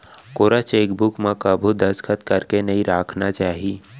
कोरा चेकबूक म कभू भी दस्खत करके नइ राखना चाही